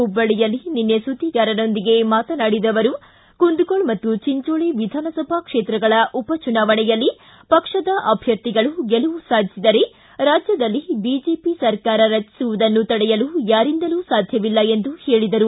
ಹುಬ್ಬಳ್ಳಿಯಲ್ಲಿ ನಿನ್ನೆ ಸುದ್ದಿಗಾರರೊಂದಿಗೆ ಮಾತನಾಡಿದ ಅವರು ಕುಂದಗೋಳ ಮತ್ತು ಚಿಂಚೋಳ ವಿಧಾನಸಭಾ ಕ್ಷೇತ್ರಗಳ ಉಪಚುನಾವಣೆಯಲ್ಲಿ ಪಕ್ಷದ ಅಭ್ಯರ್ಥಿಗಳು ಗೆಲುವು ಸಾಧಿಸಿದರೆ ರಾಜ್ಯದಲ್ಲಿ ಬಿಜೆಪಿ ಸರ್ಕಾರ ರಟಸುವುದನ್ನು ತಡೆಯಲು ಯಾರಿಂದಲೂ ಸಾಧ್ಯವಿಲ್ಲ ಎಂದು ಹೇಳಿದರು